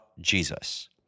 Jesus